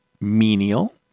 menial